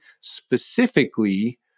specifically